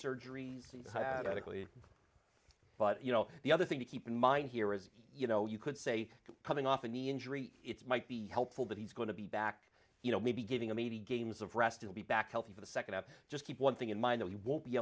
surgeries but you know the other thing to keep in mind here is you know you could say coming off a knee injury it's might be helpful but he's going to be back you know maybe giving a meaty games of rest and be back healthy for the nd half just keep one thing in mind that he won't be